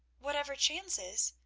whatever chances?